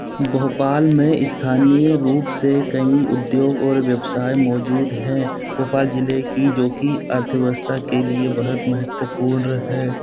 भोपाल में स्थानीय रूप से कई उद्योग और व्यवसाय मौजूद हैं भोपाल ज़िले की जो कि अर्थव्यवस्था के लिए बहुत महेत्वपूर्ण है